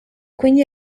quindi